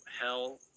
hell